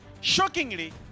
Shockingly